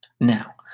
Now